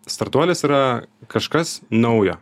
startuolis yra kažkas naujo